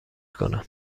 کنم